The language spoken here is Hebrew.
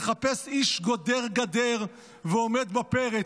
מחפש איש גודר גדר ועומד בפרץ.